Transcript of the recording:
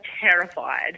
terrified